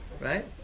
Right